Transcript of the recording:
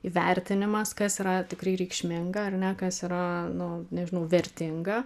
įvertinimas kas yra tikrai reikšminga ar ne kas yra nu nežinau vertinga